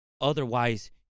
Otherwise